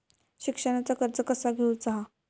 शिक्षणाचा कर्ज कसा घेऊचा हा?